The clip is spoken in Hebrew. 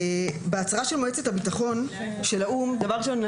בהצהרה של מועצת הביטחון של האו"מ אני